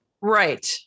right